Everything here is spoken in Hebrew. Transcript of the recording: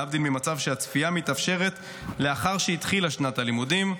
להבדיל ממצב שהצפייה מתאפשרת לאחר שהתחילה שנת הלימודים.